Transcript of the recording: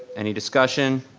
any discussion?